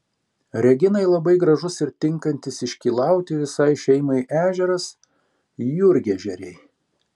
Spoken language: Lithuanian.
reginai labai gražus ir tinkantis iškylauti visai šeimai ežeras jurgežeriai